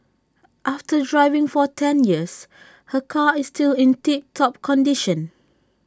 after driving for ten years her car is still in tip top condition